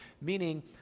Meaning